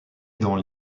dans